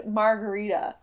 margarita